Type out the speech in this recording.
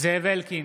זאב אלקין,